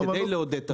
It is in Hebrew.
כדי לעודד תחרות.